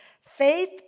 faith